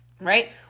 right